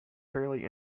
fairly